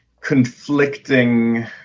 conflicting